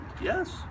yes